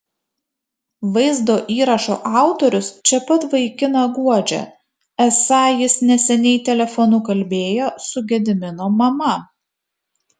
vaizdo įrašo autorius čia pat vaikiną guodžia esą jis neseniai telefonu kalbėjo su gedimino mama